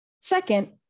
Second